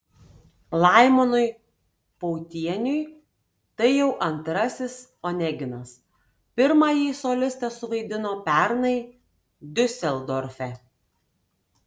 laimonui pautieniui tai jau antrasis oneginas pirmąjį solistas suvaidino pernai diuseldorfe